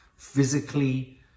physically